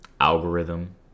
algorithm